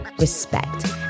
respect